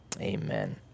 amen